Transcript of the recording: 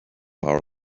our